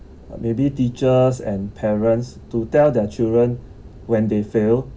maybe teachers and parents to tell their children when they fail